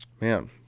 Man